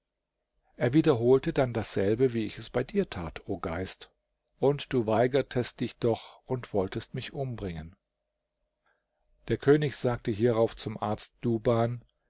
er wiederholte dann dasselbe wie ich es bei dir tat o geist und du weigertest dich doch und wolltest mich umbringen der könig sagte hierauf zum arzt duban